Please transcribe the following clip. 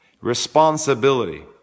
Responsibility